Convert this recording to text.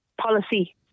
policy